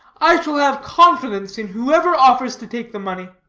i shall have confidence in whoever offers to take the money.